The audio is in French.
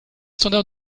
standards